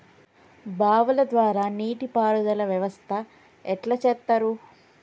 బావుల ద్వారా నీటి పారుదల వ్యవస్థ ఎట్లా చేత్తరు?